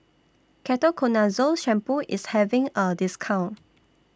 Ketoconazole Shampoo IS having A discount